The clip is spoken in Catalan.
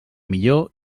millor